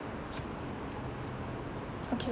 okay